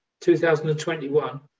2021